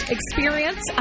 Experience